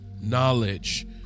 knowledge